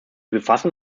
befassen